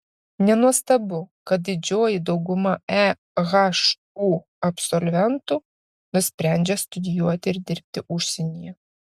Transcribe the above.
nenuostabu kad didžioji dauguma ehu absolventų nusprendžia studijuoti ir dirbti užsienyje